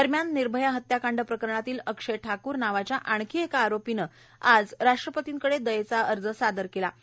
दरम्यान निर्भया हत्याकांड प्रकरणातील अक्षय ठकूर नावाच्या आणखी एका आरोपीनं आज राष्ट्रपतींकडे दथेचा अर्ज सादर केला आहे